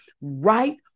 right